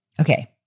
Okay